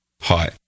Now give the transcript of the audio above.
Hi